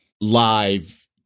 live